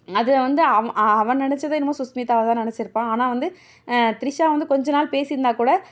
அதில் வந்து அவ் அவன் நினச்சது என்னமோ சுஸ்மித்தாவை தான் நினச்சிருப்பான் ஆனால் வந்து த்ரிஷா வந்து கொஞ்ச நாள் பேசிருந்தால் கூட